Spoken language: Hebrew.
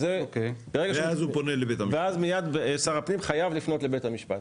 אז שר הפנים חייב לפנות מיד לבית המשפט.